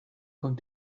con